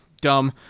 Dumb